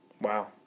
Wow